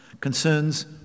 concerns